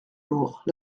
lourd